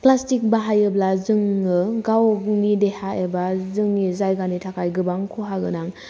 plastic बाहायोब्ला जोङो गावनि देहा एबा जोंनि जायगानि थाखाय गोबां खहा गोनां